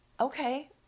okay